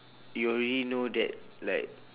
you already know that like